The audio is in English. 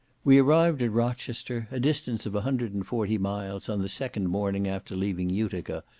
we arrived at rochester, a distance of a hundred and forty miles, on the second morning after leaving utica,